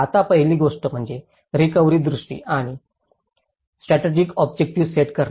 आता पहिली गोष्ट म्हणजे रिकव्हरी दृष्टी आणि स्ट्रॅटेजिक ऑब्जेक्टिव्हस सेट करणे